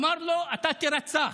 אמר לו: אתה תירצח.